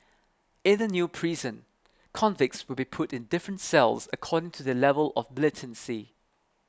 in the new prison convicts will be put in different cells according to their level of militancy